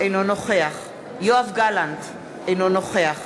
אינו נוכח יואב גלנט, אינו נוכח